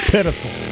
pitiful